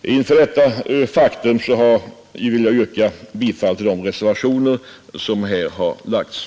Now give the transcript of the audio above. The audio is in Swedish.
Med hänsyn till detta faktum vill jag yrka bifall till reservationerna i NU 18.